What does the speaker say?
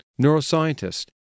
neuroscientist